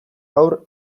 gaur